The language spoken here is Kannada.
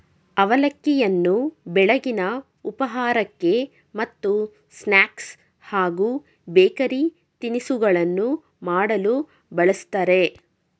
ಅವಲಕ್ಕಿಯನ್ನು ಬೆಳಗಿನ ಉಪಹಾರಕ್ಕೆ ಮತ್ತು ಸ್ನಾಕ್ಸ್ ಹಾಗೂ ಬೇಕರಿ ತಿನಿಸುಗಳನ್ನು ಮಾಡಲು ಬಳ್ಸತ್ತರೆ